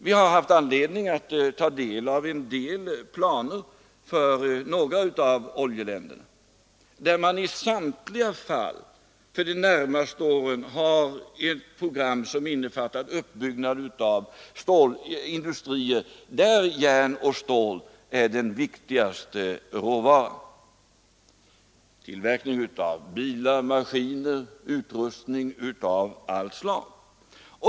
Vi har haft anledning att ta del av vissa planer för några av oljeländerna, där man i samtliga fall för de närmaste åren har ett program som innefattar uppbyggnad av industrier för vilka järn och stål är den viktigaste råvaran: tillverkning av bilar, maskiner och utrustning av allt slag.